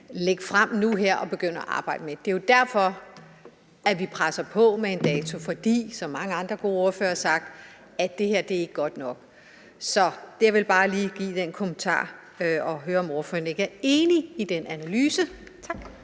lægge frem nu her og begynde at arbejde med. Det er jo derfor, at vi presser på for en dato, altså fordi det her, som mange andre gode ordførere har sagt, ikke er godt nok. Så jeg ville bare lige komme med den kommentar og høre, om ordføreren ikke er enig i den analyse. Tak.